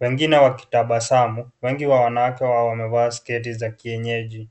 wengine wakitabasamu, wengi wa wanawake hao wamevaa sketi za kienyeji.